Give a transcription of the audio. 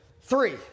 Three